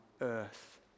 earth